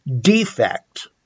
defect